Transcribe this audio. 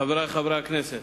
חברי חברי הכנסת,